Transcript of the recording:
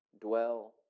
Dwell